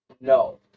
No